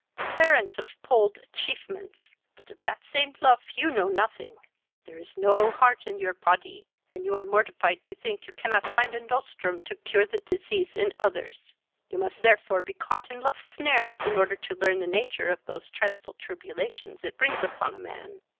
the parent of pold atchievements but of that same luf you know nothing there is no heart in your pody, and you are mortified to think you cannot find a nostrum to cure the disease in others you must therefore be caught in luf's snares, in order to learn the nature of those treadful tribulations it brings upon a man.